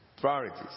priorities